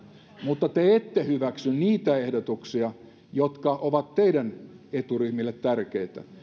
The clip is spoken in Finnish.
mutta te ette hyväksy niitä ehdotuksia jotka ovat teidän eturyhmillenne tärkeitä